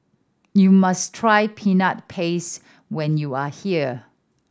you must try Peanut Paste when you are here